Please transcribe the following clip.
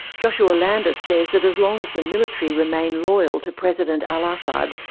joshua landis says that as long as the military remain loyal to president al-assad,